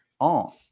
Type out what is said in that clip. on